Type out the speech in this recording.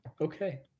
Okay